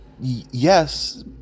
Yes